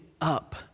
up